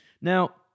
Now